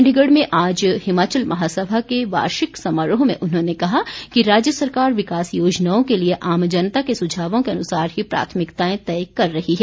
चण्डीगढ़ में आज हिमाचल महासभा के वार्षिक समारोह में उन्होंने कहा कि राज्य सरकार विकास योजनाओं के लिए आम जनता के सुझावों के अनुसार ही प्राथमिकताएं तय कर रही है